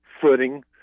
footing